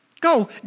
go